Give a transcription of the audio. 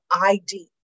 ID